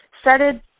started